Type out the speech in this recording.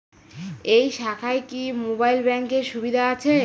এই শাখায় কি মোবাইল ব্যাঙ্কের সুবিধা আছে?